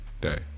day